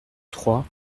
trois